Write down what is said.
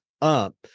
up